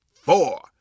four